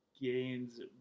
gains